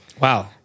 Wow